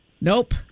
nope